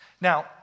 Now